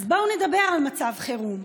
אז בואו נדבר על מצב חירום.